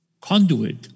conduit